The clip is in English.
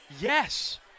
yes